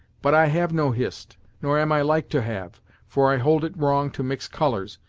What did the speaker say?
but i have no hist, nor am i like to have for i hold it wrong to mix colours,